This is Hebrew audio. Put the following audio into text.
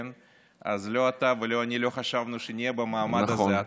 לא אתה ולא אני חשבנו שנהיה במעמד הזה.